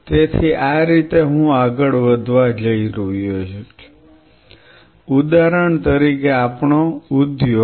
તેથી આ રીતે હું આગળ વધવા જઈ રહ્યો છું ઉદાહરણ તરીકે આપણો ઉદ્યોગ